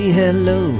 hello